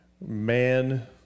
man